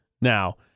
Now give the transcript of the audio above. now